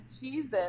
Jesus